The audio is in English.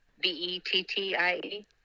b-e-t-t-i-e